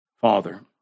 Father